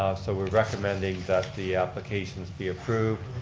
so we're recommending that the applications be approved,